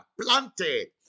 planted